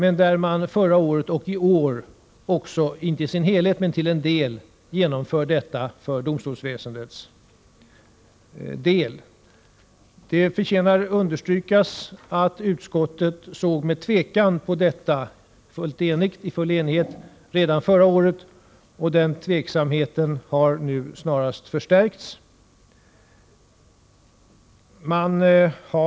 Både förra året och i år har nedskärningar delvis genomförts även inom domstolsväsendet. Det förtjänar understrykas att utskottet redan förra året i full enighet såg med tvekan på detta. Den tveksamheten har nu snarast förstärkts.